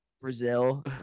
Brazil